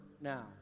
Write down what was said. now